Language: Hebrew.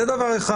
זה דבר אחד.